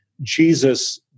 Jesus